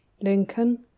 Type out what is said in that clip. Lincoln